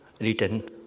written